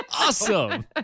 Awesome